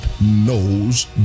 knows